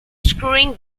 screwing